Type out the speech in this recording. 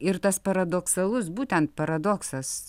ir tas paradoksalus būtent paradoksas